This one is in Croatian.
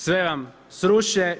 Sve vam sruše.